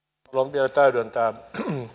vielä täydentää